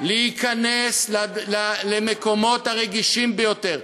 להיכנס למקומות הרגישים ביותר,